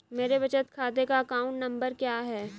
मेरे बचत खाते का अकाउंट नंबर क्या है?